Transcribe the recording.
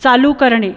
चालू करणे